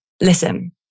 listen